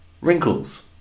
wrinkles